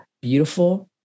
beautiful